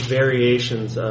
variations